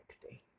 today